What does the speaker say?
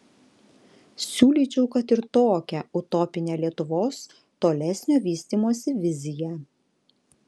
siūlyčiau kad ir tokią utopinę lietuvos tolesnio vystymosi viziją